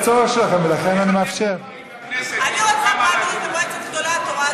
אני רוצה לעשות פריימריז במועצת גדולי התורה,